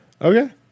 okay